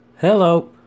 Hello